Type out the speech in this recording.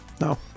No